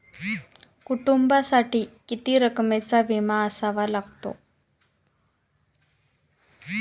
कुटुंबासाठी किती रकमेचा विमा असावा लागतो?